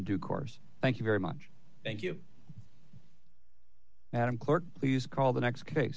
course thank you very much thank you madam court please call the next case